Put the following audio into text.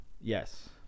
Yes